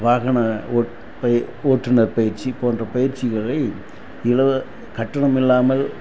வாகன ஓட் பெ ஓட்டுனர் பயிற்சி போன்ற பயிற்சிகளை இலவ கட்டணம் இல்லாமல்